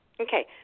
Okay